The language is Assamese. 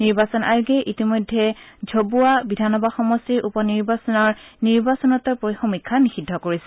নিৰ্বাচন আয়োগে ইতিমধ্যে ঝাবুৱা বিধান সভা সমষ্টিৰ উপ নিৰ্বাচনৰ নিৰ্বাচনোত্তৰ সমীক্ষা নিষিদ্ধ কৰিছে